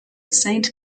saint